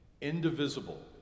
indivisible